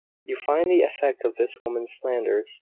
you find the effect of this woman's slanders?